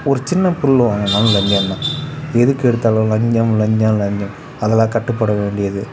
ஒரு சின்ன பொருள் வாங்கினாலும் லஞ்சந்தான் எதுக்கெடுத்தாலும் லஞ்சம் லஞ்சம் லஞ்சம் அதெல்லாம் கட்டுப்பட வேண்டியது